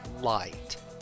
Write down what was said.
light